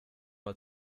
mal